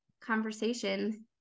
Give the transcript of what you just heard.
conversation